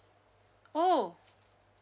oh